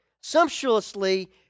Sumptuously